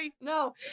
No